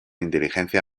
inteligencia